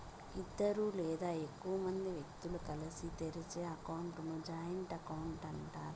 ఇద్దరు లేదా ఎక్కువ మంది వ్యక్తులు కలిసి తెరిచే అకౌంట్ ని జాయింట్ అకౌంట్ అంటారు